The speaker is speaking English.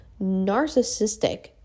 narcissistic